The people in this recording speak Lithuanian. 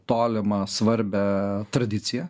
tolimą svarbią tradiciją